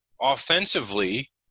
offensively